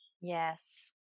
Yes